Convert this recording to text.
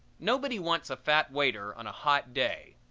nobody wants a fat waiter on a hot day.